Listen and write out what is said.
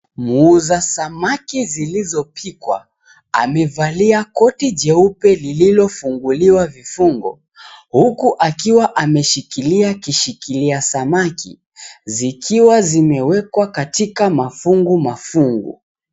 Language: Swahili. Muuza samaki zilizopikwa amevalia koti jeupe lililofunguliwa vifungo huku akiwa ameshikilia kishikilia samaki zikiwazimewekwa katika mafungu mafungu